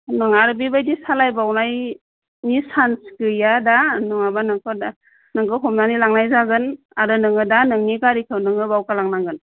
नोङाबा बेबायदि सालायबावनायनि चान्स गैया दा नङाबा नोंखौ दा नोंखौ हमनानै लांनाय जागोन आरो दा नोंनि गारिखौ नोङो बाव गालांनांगोन